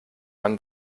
man